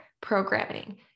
programming